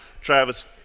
Travis